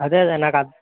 అదే అదే నాకర్ధ్